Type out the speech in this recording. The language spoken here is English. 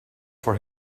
for